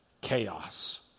chaos